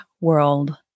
world